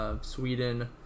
Sweden